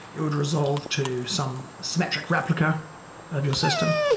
it would resolve to some symmetric replica of your system,